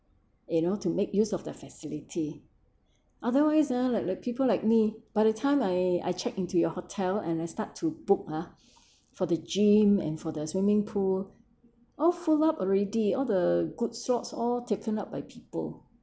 you know to make use of the facility otherwise ah like like people like me by the time I I check into your hotel and I start to book ah for the gym and for the swimming pool all full up already all the good slots all taken up by people